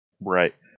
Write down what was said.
right